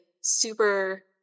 super